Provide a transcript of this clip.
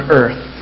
earth